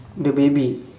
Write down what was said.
the baby